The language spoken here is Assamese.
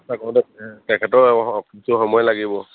তাতে তেখেতৰ কিছু সময় লাগিব